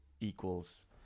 equals